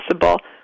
possible